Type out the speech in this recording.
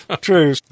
True